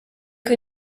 que